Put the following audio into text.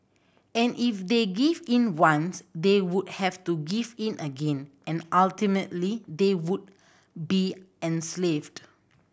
and if they give in once they would have to give in again and ultimately they would be enslaved